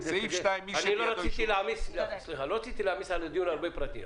לא רציתי להעמיס על הדיון הרבה פרטים.